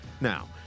Now